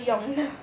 没有用的